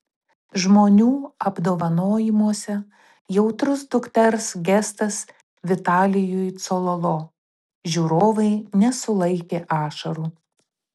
žmonių apdovanojimuose jautrus dukters gestas vitalijui cololo žiūrovai nesulaikė ašarų